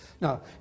Now